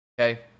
okay